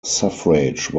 suffrage